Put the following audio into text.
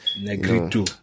Negrito